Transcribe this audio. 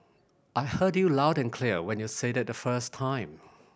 I heard you loud and clear when you said it the first time